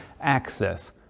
access